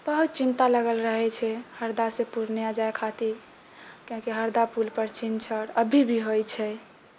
बहुत चिन्ता लागल रहै छै हरदासँ पूर्णिया जाइ खातिर कियाकि हरदा पुलपर छीन छोर अभी भी होइ छै